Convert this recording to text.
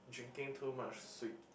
drinking too much sweet